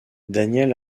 daniel